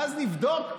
ואז נבדוק,